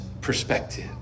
perspective